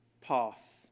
path